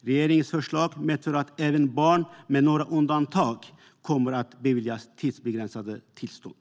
Regeringens förslag medför att även barn, med några undantag, kommer att beviljas tidsbegränsade tillstånd.